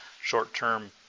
short-term